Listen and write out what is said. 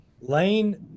lane